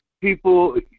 people